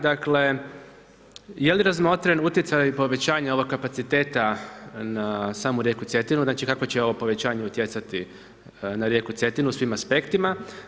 Dakle, je li razmotren utjecaj povećanja ovog kapaciteta na samu rijeku Cetinu, znači kako će ovo povećanje utjecati na rijeku Cetinu s tim aspektima.